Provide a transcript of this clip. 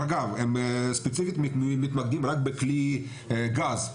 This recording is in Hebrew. אגב, הם ספציפית מתמקדים רק בכלי גז.